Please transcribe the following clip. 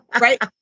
right